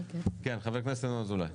כן, חבר הכנסת ינון אזולאי.